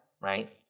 right